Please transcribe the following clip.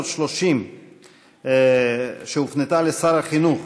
330 שהופנתה לשר החינוך.